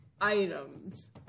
items